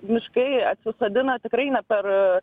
miškai atsisodina tikrai ne per